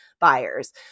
buyers